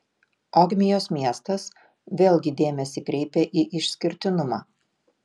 ogmios miestas vėlgi dėmesį kreipia į išskirtinumą